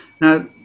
Now